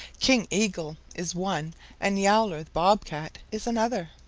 king eagle is one and yowler the bob cat is another.